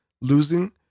losing